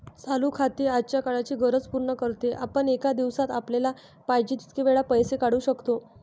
चालू खाते आजच्या काळाची गरज पूर्ण करते, आपण एका दिवसात आपल्याला पाहिजे तितक्या वेळा पैसे काढू शकतो